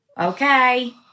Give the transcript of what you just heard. Okay